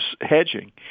hedging